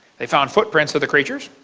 they found foot prints of the creatures.